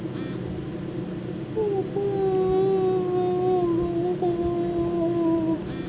UPI এর সাহায্যে অপরকে টাকা পাঠানো যাবে কিভাবে?